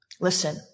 Listen